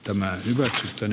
tämä esitys sen